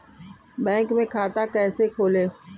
Bank में खाता कैसे खोलें?